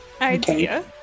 idea